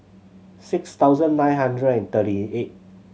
six thousand nine hundred and thirty eight